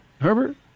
Herbert